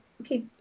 okay